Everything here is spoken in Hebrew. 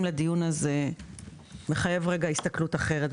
לדיון הזה מחייב רגע הסתכלות אחרת.